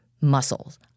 muscles